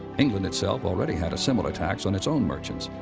england itself already had a similar tax on its own merchants.